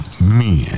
men